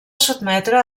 sotmetre